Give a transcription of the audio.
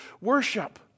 worship